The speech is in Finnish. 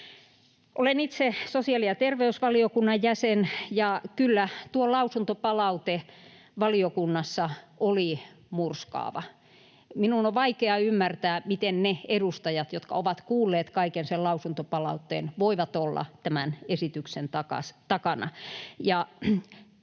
Olen itse sosiaali- ja terveysvaliokunnan jäsen, ja kyllä tuo lausuntopalaute valiokunnassa oli murskaava. Minun on vaikea ymmärtää, miten ne edustajat, jotka ovat kuulleet kaiken sen lausuntopalautteen, voivat olla tämän esityksen takana.